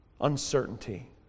uncertainty